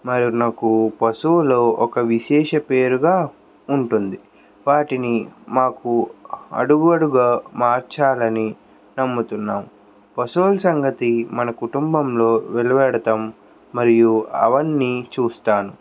మరియు నాకు పశువులు ఒక విశేష పేరుగా ఉంటుంది వాటిని మాకు అడుగు అడుగా మార్చాలని నమ్ముతున్నాము పశువుల సంగతి మన కుటుంబంలో వెలువడటం మరియు అవ్వన్నీ చూస్తాం